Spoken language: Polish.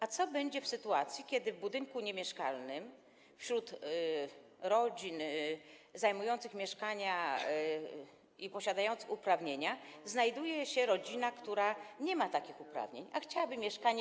A co będzie w sytuacji, kiedy w budynku niemieszkalnym wśród rodzin zajmujących mieszkania i posiadających uprawnienia znajduje się rodzina, która nie ma takich uprawnień, a chciałaby wykupić mieszkanie?